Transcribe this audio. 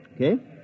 Okay